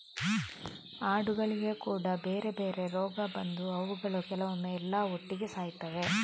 ಆಡುಗಳಿಗೆ ಕೂಡಾ ಬೇರೆ ಬೇರೆ ರೋಗ ಬಂದು ಅವುಗಳು ಕೆಲವೊಮ್ಮೆ ಎಲ್ಲಾ ಒಟ್ಟಿಗೆ ಸಾಯ್ತವೆ